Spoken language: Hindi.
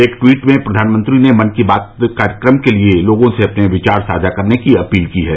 एक ट्वीट में प्रधानमंत्री ने मन की बात कार्यक्रम के लिए लोगों से अपने विचार साझा करने की अपील की है